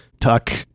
Tuck